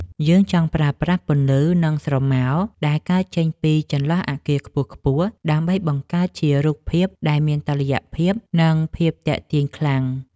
យើងចង់ប្រើប្រាស់ពន្លឺ និងស្រមោលដែលកើតចេញពីចន្លោះអាគារខ្ពស់ៗ ដើម្បីបង្កើតជារូបភាពដែលមានតុល្យភាព និងភាពទាក់ទាញខ្លាំង។